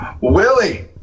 Willie